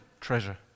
treasure